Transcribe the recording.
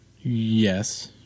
Yes